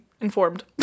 informed